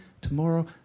tomorrow